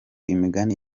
imigani